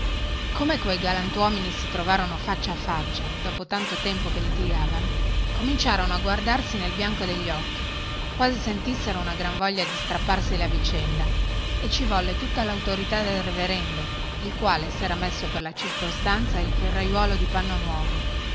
come quei galantuomini si trovarono faccia a faccia dopo tanto tempo che litigavano cominciarono a guardarsi nel bianco degli occhi quasi sentissero una gran voglia di strapparseli a vicenda e ci volle tutta lautorità del reverendo il quale sera messo per la circostanza il ferraiuolo di panno nuovo